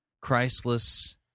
Christless